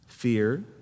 Fear